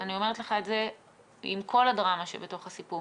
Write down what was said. אני אומרת לך את זה עם כל הדרמה שבתוך הסיפור.